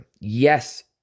Yes